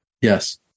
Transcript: Yes